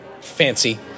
fancy